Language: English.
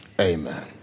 amen